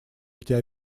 эти